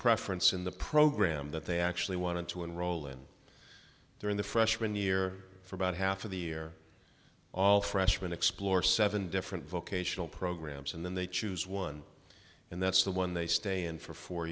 preference in the program that they actually wanted to enroll in they're in the freshman year for about half of the year all freshmen explore seven different vocational programs and then they choose one and that's the one they stay in for four